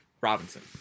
Robinson